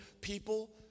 people